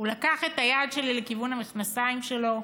הוא לקח את היד שלי לכיוון המכנסיים שלו.